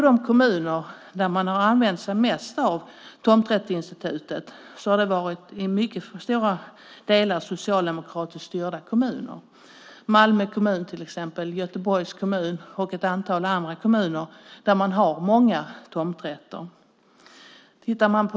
De kommuner som har använt sig mest av tomträttsinstitutet har i mycket stora delar varit socialdemokratiskt styrda kommuner. Det gäller till exempel Malmö kommun, Göteborgs kommun och ett antal andra kommuner där man har många tomträtter.